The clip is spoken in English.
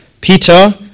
Peter